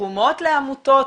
תרומות לעמותות,